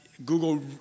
Google